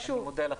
אני מודה לכם.